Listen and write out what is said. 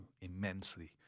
immensely